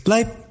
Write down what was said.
Life